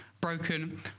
broken